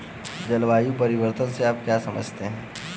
जलवायु परिवर्तन से आप क्या समझते हैं?